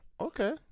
Okay